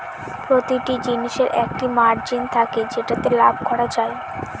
প্রতিটা জিনিসের একটা মার্জিন থাকে যেটাতে লাভ করা যায়